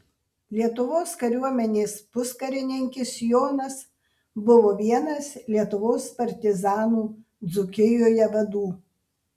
lietuvos kariuomenės puskarininkis jonas buvo vienas lietuvos partizanų dzūkijoje vadų